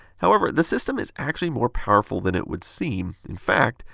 however, the system is actually more powerful than it would seem. in fact,